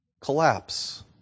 collapse